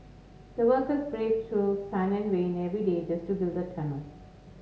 the workers braved through sun and rain every day just to build the tunnel